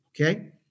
okay